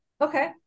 Okay